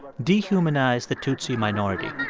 dehumanized the tutsi minority.